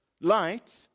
Light